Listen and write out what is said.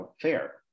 fair